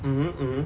mmhmm mmhmm